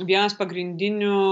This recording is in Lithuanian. vienas pagrindinių